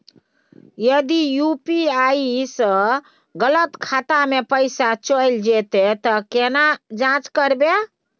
यदि यु.पी.आई स गलत खाता मे पैसा चैल जेतै त केना जाँच करबे?